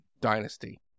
dynasty